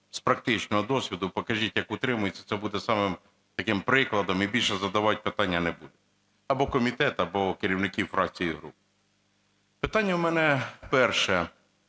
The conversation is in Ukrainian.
з практичного досвіду покажіть, як утримуються, це буде самим таким прикладом, і більше задавати питання не будуть, або комітет, або керівників фракцій і груп. Питання в мене перше.